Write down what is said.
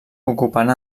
ocupant